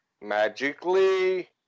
magically